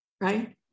right